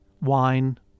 wine